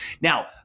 Now